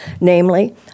namely